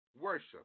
worship